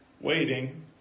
waiting